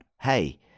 hey